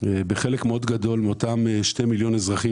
מאוד גדול מהכספים של אותם שני מיליון אזרחים